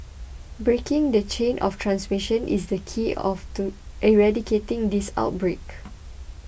breaking the chain of transmission is the key of to eradicating this outbreak